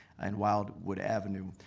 and wildwood avenue.